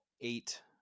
eight